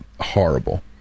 horrible